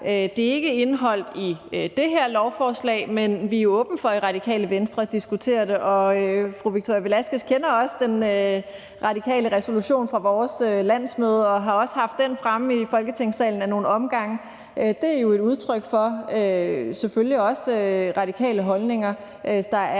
Det er ikke indeholdt i det her lovforslag, men vi er jo åbne for i Radikale Venstre at diskutere det. Fru Victoria Velasquez kender den radikale resolution fra vores landsmøde, og vi har også haft den fremme i Folketingssalen ad nogle omgange, og den er jo også et udtryk for, selvfølgelig, radikale holdninger,